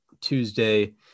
tuesday